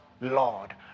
Lord